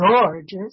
gorgeous